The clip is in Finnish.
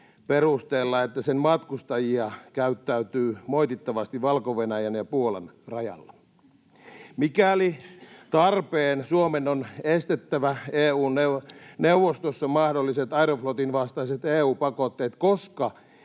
perusteella, että sen matkustajia käyttäytyy moitittavasti Valko-Venäjän ja Puolan rajalla. Mikäli tarpeen, Suomen on estettävä EU:n neuvostossa mahdolliset Aeroflotin vastaiset EU-pakotteet, koska